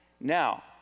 Now